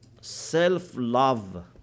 self-love